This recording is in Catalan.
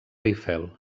eiffel